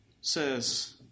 says